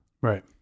Right